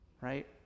right